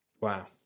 wow